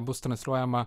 bus transliuojama